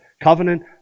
covenant